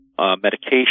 medication